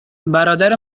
برادر